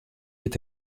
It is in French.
est